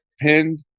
pinned